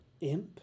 imp